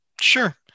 Sure